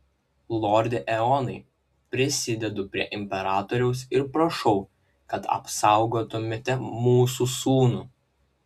lorde eonai prisidedu prie imperatoriaus ir prašau kad apsaugotumėte mūsų sūnų